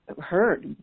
Hurt